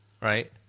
right